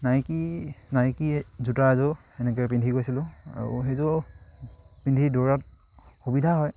নাইকি Nike জোতা এযোৰ সেনেকৈ পিন্ধি গৈছিলোঁ আৰু সেইযোৰ পিন্ধি দৌৰাত সুবিধা হয়